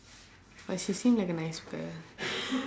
but she seem like a nice girl